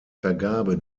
vergabe